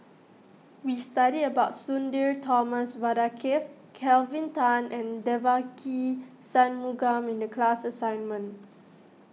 we studied about Sudhir Thomas Vadaketh Kelvin Tan and Devagi Sanmugam in the class assignment